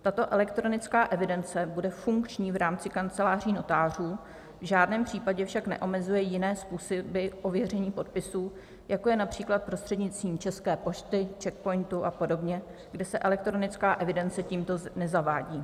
Tato elektronická evidence bude funkční v rámci kanceláří notářů, v žádném případě však neomezuje jiné způsoby ověření podpisů, jako je například prostřednictvím České pošty, Czech POINTu apod., kde se elektronická evidence tímto nezavádí.